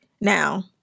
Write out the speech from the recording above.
Now